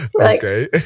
Okay